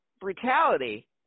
brutality